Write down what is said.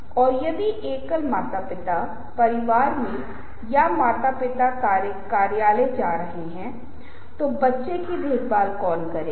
उपयोगी वे हमें पुरस्कार और दंड पाने में मदद करते हैं इसलिए जब हमारे पास व्यवहार होता है तो व्यवहार में एक निश्चित चीज़ के बारे में निश्चित मात्रा में ज्ञान शामिल होता है आंशिक हो सकता है जो कुछ भी पूरा हो सकता है वह है